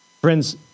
Friends